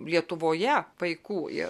lietuvoje vaikų į